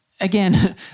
Again